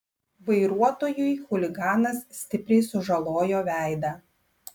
vairuotojui chuliganas stipriai sužalojo veidą